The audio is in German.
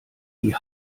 die